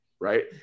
right